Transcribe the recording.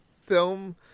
film